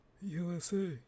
usa